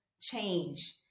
change